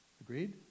Agreed